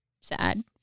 Sad